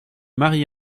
marie